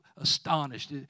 astonished